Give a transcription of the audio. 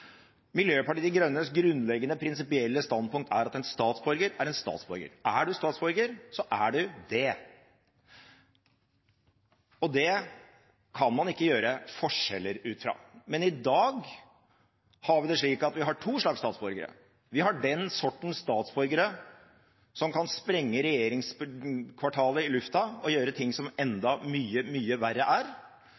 Miljøpartiet De Grønnes grunnleggende prinsipielle standpunkt er at en statsborger er en statsborger. Er du statsborger, så er du det, og det kan man ikke gjøre forskjeller ut fra. Men i dag har vi det slik at vi har to slags statsborgere: Vi har den sorten statsborgere som kan sprenge regjeringskvartalet i lufta og gjøre ting som